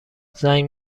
زنگ